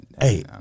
Hey